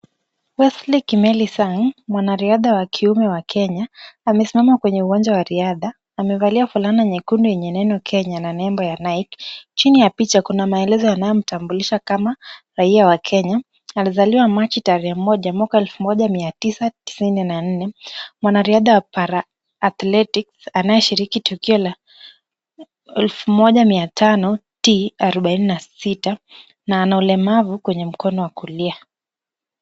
Wesley Kimeli Sang, mwanariadha wa kiume wa Kenya, amesimama kwenye uwanja wa riadha. Amevalia fulana nyekundu yenye neno Kenya na nembo ya Nike. Chini ya picha kuna maelezo yanayomtambulisha kama raia wa Kenya, alizaliwa Machi tarehe moja mwaka wa elfu moja mia tisa tisini na nne, mwanariadha wa paraathletics anayeshiriki tukio la 1500 T46 na ana ulemavu kwenye mkono wa kulia.